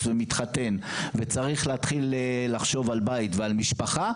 ומתחתן וצריך להתחיל לחשוב על בית ועל משפחה.